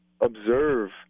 observe